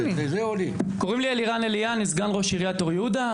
אני סגן ראש עיריית אור יהודה.